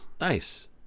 nice